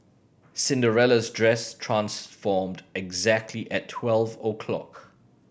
Cinderella's dress transformed exactly at twelve o'clock